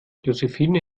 josephine